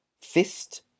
fist